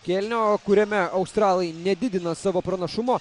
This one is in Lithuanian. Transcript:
kėlinio kuriame australai nedidina savo pranašumo